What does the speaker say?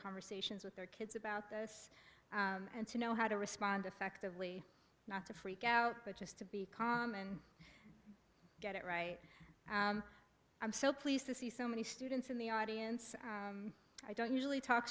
conversations with their kids about this and to know how to respond effectively not to freak out but just to be calm and get it right and i'm so pleased to see so many students in the audience i don't usually talk